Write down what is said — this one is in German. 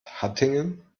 hattingen